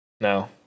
No